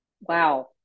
wow